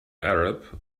arab